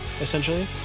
essentially